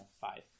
Five